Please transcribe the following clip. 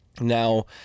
Now